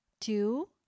two